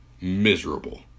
miserable